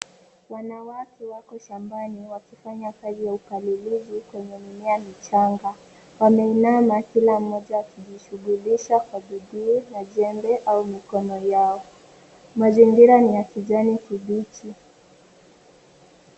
Wanawake wako shambani wakifanya kazi ya upalilizi kwenye mimea michanga. Wameinama kila mmoja akijishughulisha kwa bidii na jembe au mikono yao. Mazingira ni ya kijani kibichi.